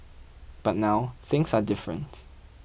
but now things are different